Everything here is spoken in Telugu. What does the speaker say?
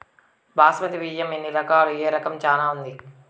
బాస్మతి బియ్యం ఎన్ని రకాలు, ఏ రకం చానా మంచిది?